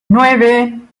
nueve